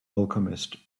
alchemist